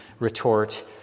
Retort